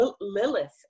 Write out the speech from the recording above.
Lilith